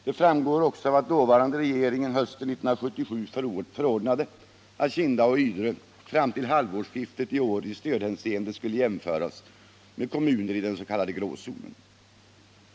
Det framgår också av att dåvarande regeringen hösten 1977 förordnade att Kinda och Ydre kommuner fram till halvårsskiftet i år i stödhänseende skulle jämställas med kommuner i den s.k. grå zonen.